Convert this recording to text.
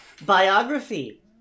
Biography